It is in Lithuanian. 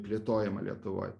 plėtojimą lietuvoj